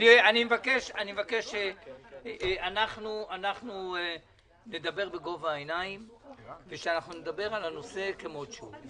אני מבקש שאנחנו נדבר בגובה העיניים ושאנחנו נדבר על הנושא כמות שהוא,